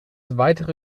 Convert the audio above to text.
weitere